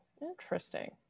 Interesting